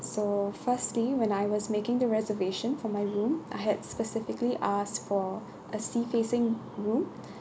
so firstly when I was making the reservation from my room I had specifically asked for a sea facing room